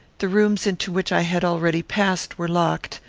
the rooms into which i had already passed were locked,